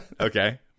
Okay